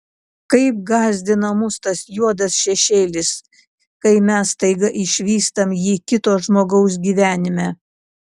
kaip gąsdina mus tas juodas šešėlis kai mes staiga išvystam jį kito žmogaus gyvenime